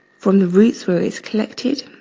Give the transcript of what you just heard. from the roots where it's collected